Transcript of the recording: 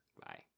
Bye